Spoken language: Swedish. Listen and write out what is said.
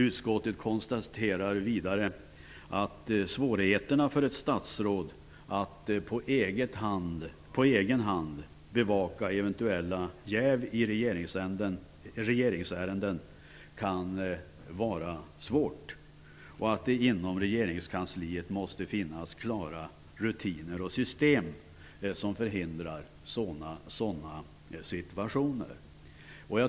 Utskottet konstaterar vidare att det kan vara svårt för ett statsråd att på egen hand bevaka eventuella jäv i regeringsärenden och att det inom regeringskansliet måste finnas klara rutiner och system som förhindrar sådana situationer.